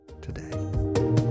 today